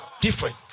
Different